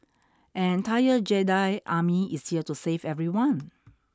an entire Jedi Army is here to save everyone